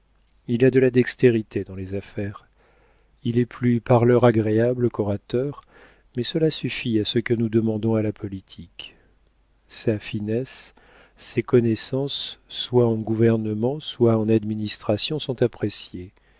il a de la dextérité dans les affaires il est plus parleur agréable qu'orateur mais cela suffit à ce que nous demandons à la politique sa finesse ses connaissances soit en gouvernement soit en administration sont appréciées